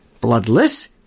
bloodless